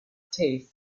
taste